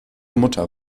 mutter